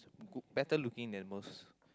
good better looking than most